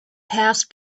passed